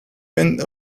went